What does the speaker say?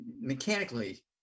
mechanically